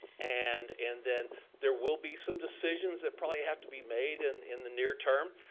and and then there will be some decisions that probably have to be made and in the near term,